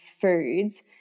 foods